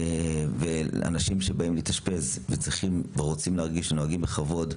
אנשים באים להתאשפז ורוצים להרגיש שנוהגים בכבוד,